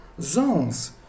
zones